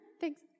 Thanks